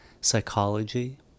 psychology